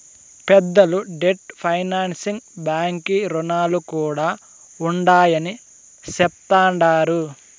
పెద్దలు debt financing బాంకీ రుణాలు కూడా ఉండాయని చెప్తండారు